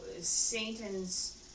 Satan's